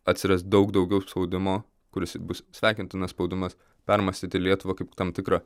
atsiras daug daugiau spaudimo kuris bus sveikintinas spaudimas permąstyti lietuvą kaip tam tikrą